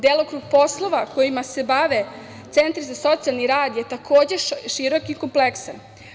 Delokrug poslova kojima se bave centri za socijalni rad je takođe širok i kompleksan.